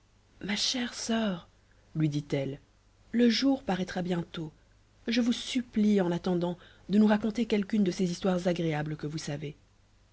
machëresceur lui dit-elle le jour paraîtra bientôt je vous supplie en attendant de nous raconter quelqu'une de ces hisîoires agréables que vous savez